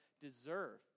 deserve